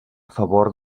favor